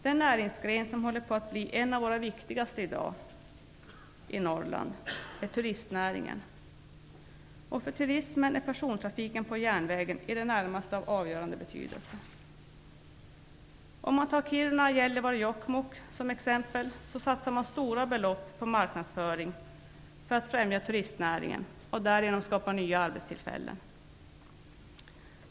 Den näringsgren som i dag håller på att bli en av våra viktigaste i Norrland är turistnäringen. För turismen är persontrafiken med järnväg i det närmaste av avgörande betydelse. I Kiruna, Narvik och Jokkmokk t.ex. satsar man stora belopp på marknadsföring för att främja turistnäringen och därigenom skapa nya arbetstillfällen.